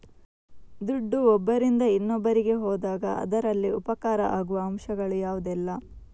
ದುಡ್ಡು ಒಬ್ಬರಿಂದ ಇನ್ನೊಬ್ಬರಿಗೆ ಹೋದಾಗ ಅದರಲ್ಲಿ ಉಪಕಾರ ಆಗುವ ಅಂಶಗಳು ಯಾವುದೆಲ್ಲ?